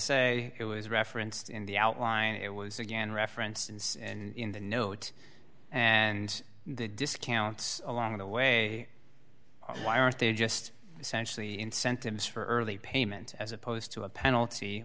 a it was referenced in the outline it was again referenced in the note and the discounts along the way why aren't there just essentially incentives for early payment as opposed to a penalty